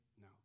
No